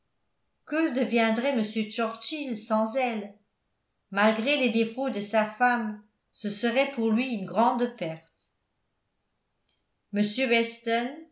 que deviendrait m churchill sans elle malgré les défauts de sa femme ce serait pour lui une grande perte m weston